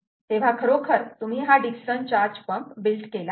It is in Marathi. तेव्हा खरोखर तुम्ही डिक्सन चार्ज पंप बिल्ट केला आहे